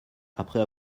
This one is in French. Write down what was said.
après